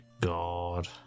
god